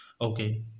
okay